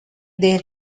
their